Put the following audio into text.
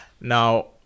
Now